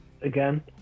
again